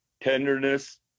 Tenderness